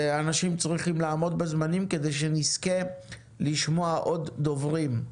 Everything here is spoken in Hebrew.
אנשים צריכים לעמוד בזמנים כדי שנזכה לשמוע עוד דוברים.